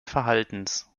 verhaltens